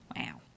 wow